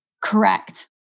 Correct